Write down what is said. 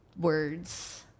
words